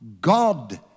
God